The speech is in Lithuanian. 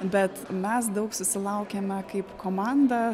bet mes daug susilaukėme kaip komanda